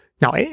Now